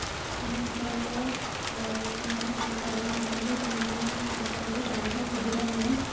ଆମ ଅଞ୍ଚଳରେ ଲୋକମାନେ ବହୁତ ହଇରାଣ ହଉଛନ୍ତି କାହିଁକିନା ଆମର ଏଇଠି ପାଣିର ସୁବିଧା ନାହିଁ